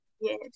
Yes